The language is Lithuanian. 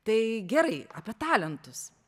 tai gerai apie talentus